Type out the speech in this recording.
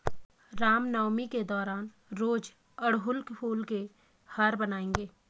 रामनवमी के दौरान रोज अड़हुल फूल के हार बनाएंगे